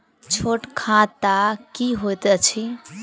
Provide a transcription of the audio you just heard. छोट खाता की होइत अछि